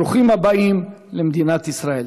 ברוכים הבאים למדינת ישראל.